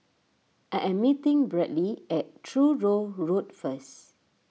I am meeting Bradly at Truro Road first